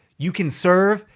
you can serve,